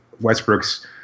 Westbrook's